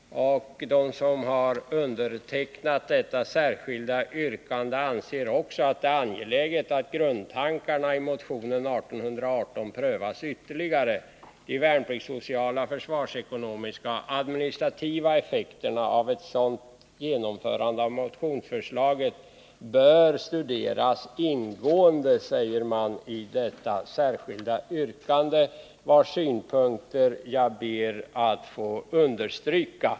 De som har undertecknat detta särskilda yttrande anser också att det är angeläget att grundtankarna i motionen 818 prövas ytterligare. De värnpliktssociala, försvarsekonomiska och administrativa effekterna av ett sådant genomförande av motionsförslaget bör studeras ingående, säger man i detta särskilda yttrande, vars synpunkter jag ber att få understryka.